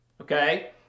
okay